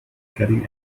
getting